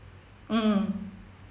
mm